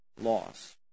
loss